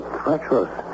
treacherous